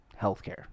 healthcare